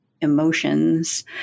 emotions